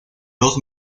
dos